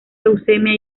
leucemia